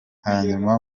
hanyuma